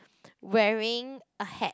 wearing a hat